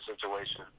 situation